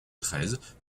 treize